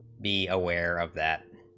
be aware of that